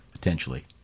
potentially